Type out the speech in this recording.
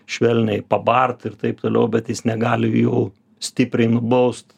švelniai pabart ir taip toliau bet jis negali jų stipriai nubaust